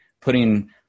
putting